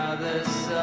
this